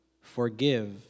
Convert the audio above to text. Forgive